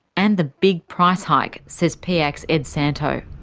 and the big price hike, says piac's ed santow.